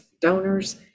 donors